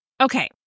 Okay